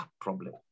problem